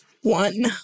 One